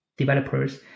developers